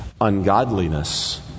ungodliness